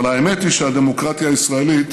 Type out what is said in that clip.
אבל האמת היא שהדמוקרטיה הישראלית